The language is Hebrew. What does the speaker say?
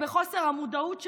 בחוסר המודעות שלו,